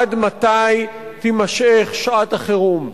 עד מתי תימשך שעת החירום?